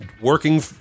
Working